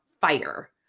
fire